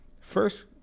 first